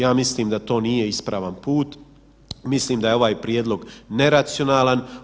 Ja mislim da to nije ispravan put, mislim da je ovaj prijedlog neracionalan.